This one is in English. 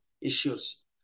issues